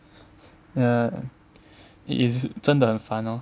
ya it is 真的很烦 lor